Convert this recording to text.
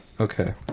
Okay